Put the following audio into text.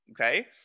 okay